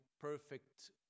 perfect